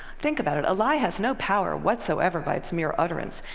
think about it, a lie has no power whatsoever by its mere utterance.